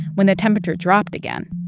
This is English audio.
when the temperature dropped again.